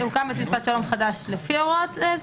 " הוקם בית משפט שלום חדש לפי ההוראות,